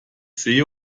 sehe